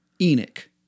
Enoch